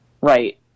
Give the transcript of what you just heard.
right